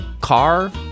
car